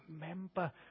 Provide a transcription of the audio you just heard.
Remember